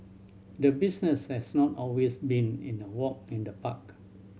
the business has not always been in a walk in the park